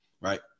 Right